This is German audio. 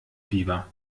fieber